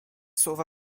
słowa